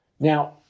Now